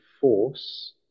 force